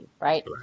right